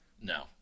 No